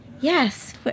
Yes